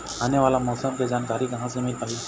आने वाला मौसम के जानकारी कहां से मिल पाही?